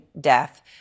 death